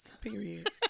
Period